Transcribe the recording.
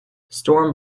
storm